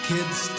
Kids